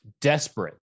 desperate